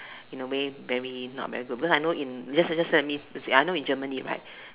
you know maybe very not very good because I know in just just let me uh I know in Germany right